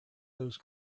those